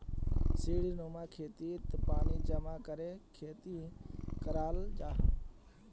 सीढ़ीनुमा खेतोत पानी जमा करे खेती कराल जाहा